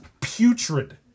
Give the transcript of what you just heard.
putrid